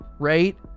right